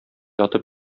ятып